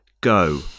go